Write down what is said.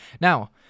Now